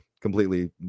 completely